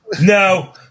No